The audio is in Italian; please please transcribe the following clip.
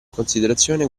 considerazione